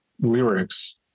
lyrics